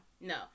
no